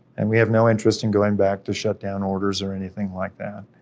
and we have no interest in going back to shutdown orders or anything like that,